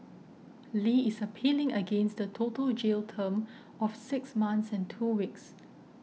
Li is appealing against the total jail term of six months and two weeks